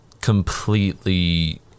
completely